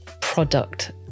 product